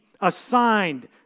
assigned